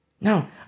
Now